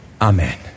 Amen